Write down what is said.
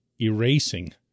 erasing